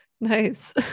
Nice